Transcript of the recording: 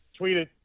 tweeted